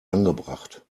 angebracht